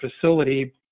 facility